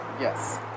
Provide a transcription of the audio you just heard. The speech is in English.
Yes